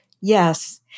Yes